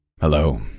Hello